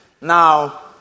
Now